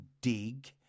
dig